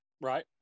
Right